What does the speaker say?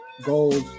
goals